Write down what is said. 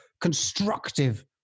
constructive